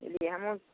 इसीलिए हमहुँ